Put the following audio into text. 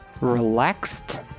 relaxed